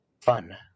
fun